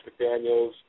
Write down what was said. McDaniels